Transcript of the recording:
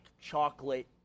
chocolate